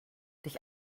durch